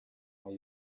are